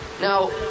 Now